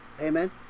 amen